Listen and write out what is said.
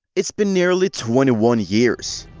it's been nearly twenty one years.